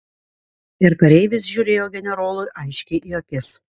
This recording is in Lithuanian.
ir kareivis žiūrėjo generolui aiškiai į akis